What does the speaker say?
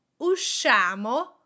usciamo